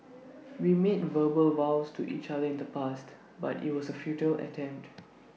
we made verbal vows to each other in the past but IT was A futile attempt